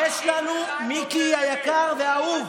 מיקי היקר והאהוב,